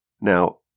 Now